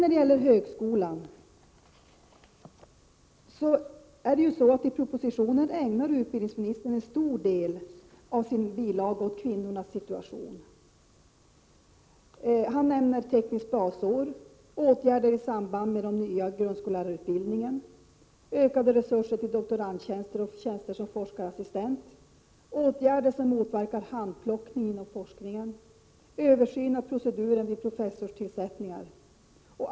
När det gäller högskolan är det ju så att utbildningsministern i propositionen ägnar en stor del av sin bilaga åt kvinnornas situation. Han nämner ett tekniskt basår, åtgärder i samband med den nya grundskollärarutbildningen, ökade resurser till doktorandtjänster och till tjänster som forskarassistent, åtgärder som motverkar handplockning inom forskningen samt översyn av proceduren vid professorsutnämningar.